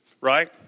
right